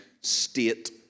state